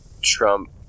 Trump